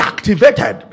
Activated